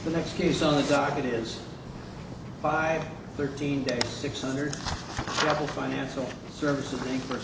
the next case on the docket is five thirteen days six hundred level financial services for